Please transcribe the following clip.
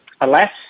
alas